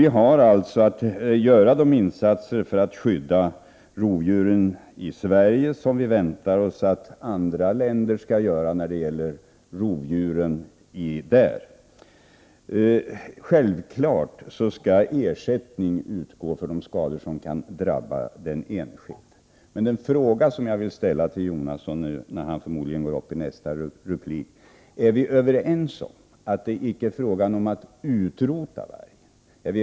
Vi har i Sverige att göra sådana insatser för att skydda våra rovdjur som vi väntar oss att andra länder skall göra för att skydda rovdjuren där. Självfallet skall ersättning utgå för de skador som kan drabba den enskilde. Men jag vill ställa en fråga till Bertil Jonasson, som förmodligen ändå kommer att begära ordet: Är vi överens om att det icke är fråga om att utrota vargen?